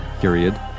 Period